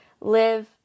live